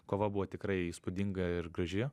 kova buvo tikrai įspūdinga ir graži